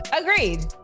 Agreed